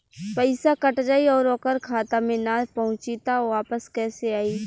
पईसा कट जाई और ओकर खाता मे ना पहुंची त वापस कैसे आई?